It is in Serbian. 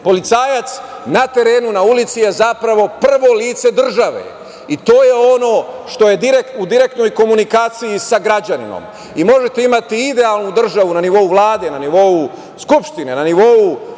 policajci. Policajac na terenu, na ulici je zapravo prvo lice države, i to je ono što je u direktnoj komunikaciji sa građaninom. Možete imati idealnu državu na nivou Vlade, na nivou Skupštine, na nivou